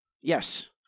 Yes